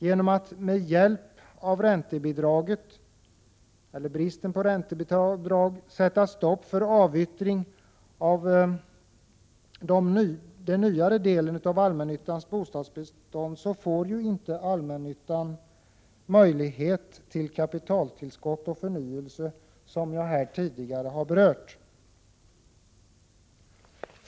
Genom att med hjälp av räntebidraget, eller bristen på räntebidrag, sätta stopp för avyttring av den nyare delen av allmännyttans bostadsbestånd får inte de allmännyttiga företagen möjlighet till kapitaltillskott och förnyelse, vilket jag tidigare har berört.